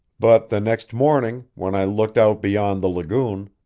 but the next morning, when i looked out beyond the lagoon,